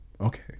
Okay